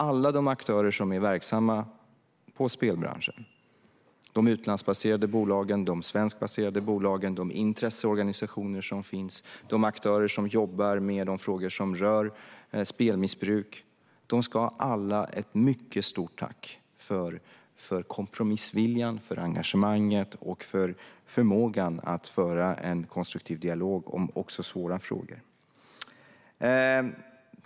Alla de aktörer som är verksamma inom spelbranschen - de utlandsbaserade bolagen, de Sverigebaserade bolagen, de intresseorganisationer som finns samt de aktörer som jobbar med frågor som rör spelmissbruk - ska ha ett mycket stort tack för kompromissviljan, för engagemanget och för förmågan att föra en konstruktiv dialog även om svåra frågor.